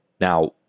Now